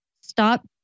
stop